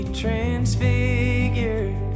transfigured